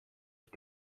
ist